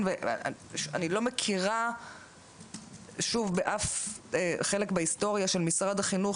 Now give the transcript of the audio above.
אני לא מכירה באף חלק מההיסטוריה של משרד החינוך